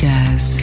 Jazz